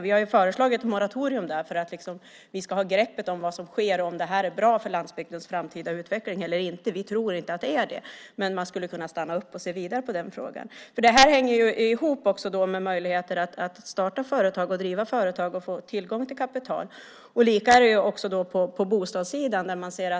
Vi har föreslagit ett moratorium för att vi ska få grepp om vad som sker och om det är bra för landsbygdens framtida utveckling eller inte. Vi tror inte att det är det, men man skulle kunna stanna upp och se vidare på den frågan. Det hänger också ihop med möjligheten att starta och driva företag och att få tillgång till kapital. Likadant är det på bostadssidan.